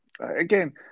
again